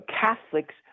Catholics